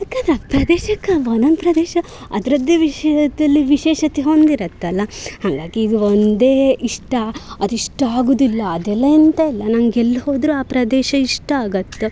ಯಾಕಂದ್ರೆ ಪ್ರದೇಶಕ್ಕೆ ಒಂದೊಂದು ಪ್ರದೇಶ ಅದರದ್ದೆ ವಿಷಯದಲ್ಲಿ ವಿಶೇಷತೆ ಹೊಂದಿರುತ್ತಲ್ಲ ಹಾಗಾಗಿ ಇದು ಒಂದೇ ಇಷ್ಟ ಅದಿಷ್ಟ ಆಗುವುದಿಲ್ಲ ಅದೆಲ್ಲ ಎಂಥ ಇಲ್ಲ ನಂಗೆಲ್ಲಿ ಹೋದರೂ ಆ ಪ್ರದೇಶ ಇಷ್ಟ ಆಗುತ್ತೆ